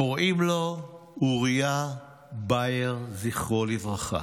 קוראים לו אוריה באייר, זכרו לברכה.